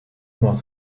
was